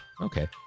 okay